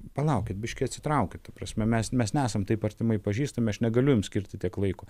palaukit biškį atsitraukit ta prasme mes mes nesam taip artimai pažįstami aš negaliu jum skirti tiek laiko